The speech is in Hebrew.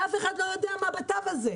ואף אחד לא יודע מה בתו הזה.